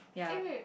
eh wait